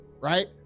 right